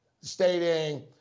stating